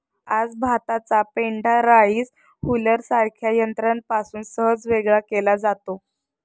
आज भाताचा पेंढा राईस हुलरसारख्या यंत्रापासून सहज वेगळा केला जातो